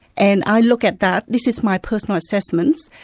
and i look at that, this is my personal assessment,